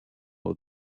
that